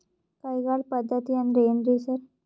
ಕೈಗಾಳ್ ಪದ್ಧತಿ ಅಂದ್ರ್ ಏನ್ರಿ ಸರ್?